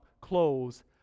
clothes